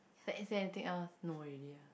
like is there anything else no already ah